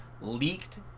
leaked